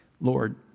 Lord